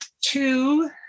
two